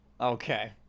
okay